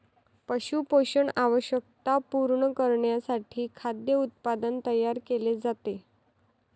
पशु पोषण आवश्यकता पूर्ण करण्यासाठी खाद्य उत्पादन तयार केले जाते